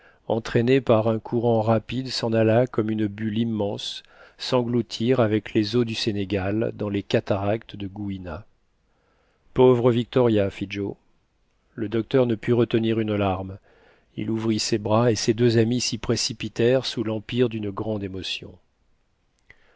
entraîné par un courant rapide s'en alla comme une bulle immense s'engloutir avec les eaux du sénégal dans les cataractes de gouina pauvre victoria fit joe le docteur ne put retenir une larme il ouvrit ses bras et ses deux amis s'y précipitèrent sous l'empire d'une grande émotion